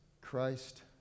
Christ